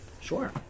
Sure